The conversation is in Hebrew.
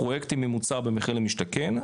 פרויקטים ממוצע במחיר למשתכן,